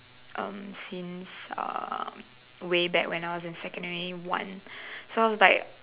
um since uh way back when I was in secondary one so was like